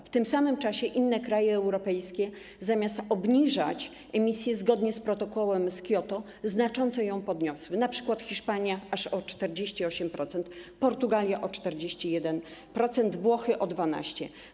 W tym samym czasie inne kraje europejskie zamiast obniżać emisję zgodnie z protokołem z Kioto, znacząco ją podniosły, np. Hiszpania – aż o 48%, Portugalia – o 41%, Włochy – o 12%.